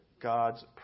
God's